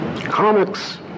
Comics